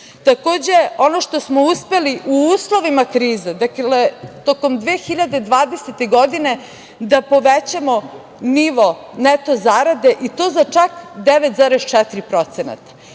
ono što smo uspeli u uslovima krize, dakle tokom 2020 godine, je da povećamo nivo neto zarade, i to za čak 9,4%. Povećali